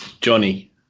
Johnny